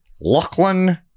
Lachlan